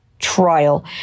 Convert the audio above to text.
trial